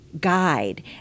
guide